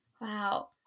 Wow